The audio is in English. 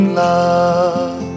love